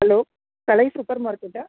hello Kalai super மார்க்கெட்டா